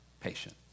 patient